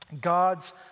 God's